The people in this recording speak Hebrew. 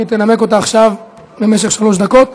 שתנמק אותה עכשיו במשך שלוש דקות.